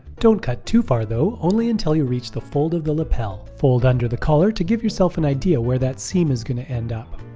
don't cut too far though, only until you reach the fold of the lapel. fold under the collar to give yourself an idea where that seam is gonna end up.